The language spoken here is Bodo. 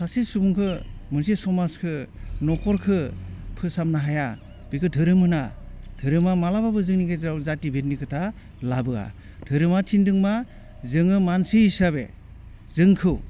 सासे सुबुंखौ मोनसे समाजखौ नख'रखौ फोसाबनो हाया बेखौ धोरोम होना धोरोमा मालाबाबो जोंनि गेजेराव जाथि बिरनि खोथा लाबोआ धोरोमा थिन्दों मा जोङो मानसि हिसाबै जोंखौ